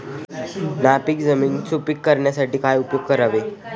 नापीक जमीन सुपीक करण्यासाठी काय उपयोग करावे?